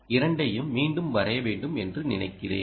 இரண்டையும் மீண்டும் வரைய வேண்டும் என்று நினைக்கிறேன்